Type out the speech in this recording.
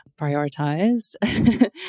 prioritized